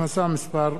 194),